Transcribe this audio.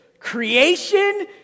creation